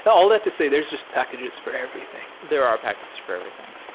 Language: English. all that to say, there's just packets for everything. there are packets for everything.